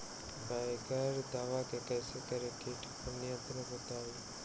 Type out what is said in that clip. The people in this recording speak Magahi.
बगैर दवा के कैसे करें कीट पर नियंत्रण बताइए?